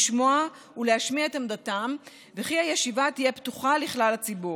לשמוע ולהשמיע את עמדתם וכי הישיבה תהיה פתוחה לכלל הציבור.